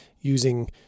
using